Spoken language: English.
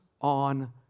on